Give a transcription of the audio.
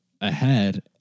ahead